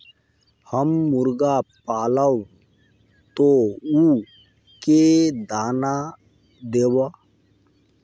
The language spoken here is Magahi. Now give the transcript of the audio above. हम मुर्गा पालव तो उ के दाना देव?